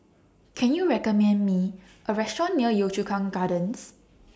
Can YOU recommend Me A Restaurant near Yio Chu Kang Gardens